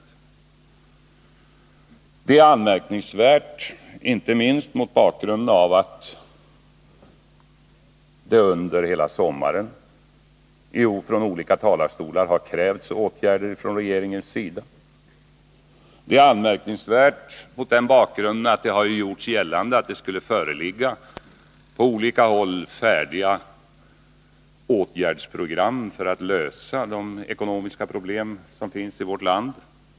Oppositionens ställningstagande är anmärkningsvärt inte minst mot bakgrunden av att det under hela sommaren från olika talarstolar har krävts åtgärder från regeringens sida. Det är anmärkningsvärt mot bakgrunden av att det har gjorts gällande att det på olika håll skulle föreligga färdiga åtgärdsprogram för att lösa de ekonomiska problem som finns i vårt land.